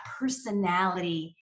personality